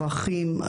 צרכים,